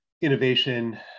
innovation